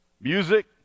Music